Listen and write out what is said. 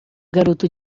garoto